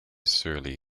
surly